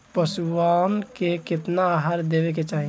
पशुअन के केतना आहार देवे के चाही?